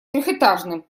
трехэтажным